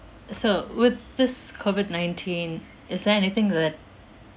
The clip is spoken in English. so with this COVID-nineteen is there anything that